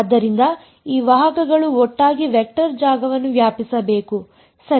ಆದ್ದರಿಂದ ಈ ವಾಹಕಗಳು ಒಟ್ಟಾಗಿ ವೆಕ್ಟರ್ ಜಾಗವನ್ನು ವ್ಯಾಪಿಸಬೇಕು ಸರಿ